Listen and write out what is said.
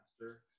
Master